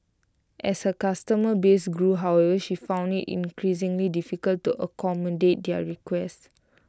as her customer base grew however she found IT increasingly difficult to accommodate their requests